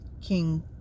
King